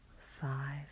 five